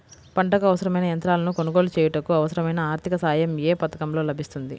పంటకు అవసరమైన యంత్రాలను కొనగోలు చేయుటకు, అవసరమైన ఆర్థిక సాయం యే పథకంలో లభిస్తుంది?